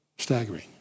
Staggering